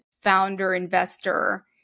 founder-investor